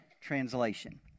translation